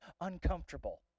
uncomfortable